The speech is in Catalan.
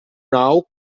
nou